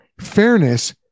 fairness